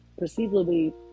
perceivably